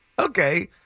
Okay